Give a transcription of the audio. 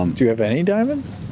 um do you have any diamonds?